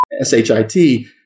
S-H-I-T